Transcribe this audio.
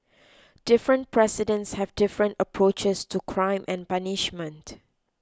different presidents have different approaches to crime and punishment